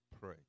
pray